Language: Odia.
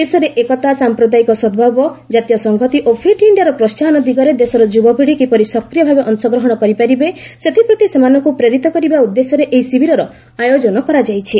ଦେଶରେ ଏକତା ସାମ୍ପ୍ରଦାୟିକ ସଦ୍ଭାବ ଜାତୀୟ ସଂହତି ଓ ଫିଟ୍ ଇଣ୍ଡିଆର ପ୍ରୋହାହନ ଦିଗରେ ଦେଶର ଯୁବପିଢ଼ି କିପରି ସକ୍ରିୟ ଭାବେ ଅଂଶଗ୍ରହଣ କରିବେ ସେଥିପ୍ରତି ସେମାନଙ୍କୁ ପ୍ରେରିତ କରିବା ଉଦ୍ଦେଶ୍ୟରେ ଏହି ଶିବିରର ଆୟୋଜନ କରାଯାଇଛି